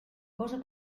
cosa